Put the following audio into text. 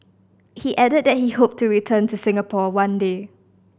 he added that he hoped to return to Singapore one day